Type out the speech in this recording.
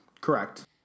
correct